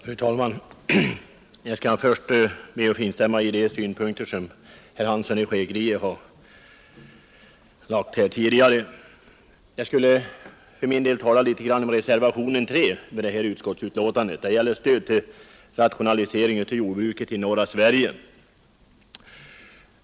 Fru talman! Jag skall först be att få instämma i de synpunkter som herr Hansson i Skegrie har lagt här tidigare. Jag skulle för min del tala något om reservationen 3 vid utskottsbetänkandet. Den gäller stöd till rationaliseringen av jordbruket i norra Sverige.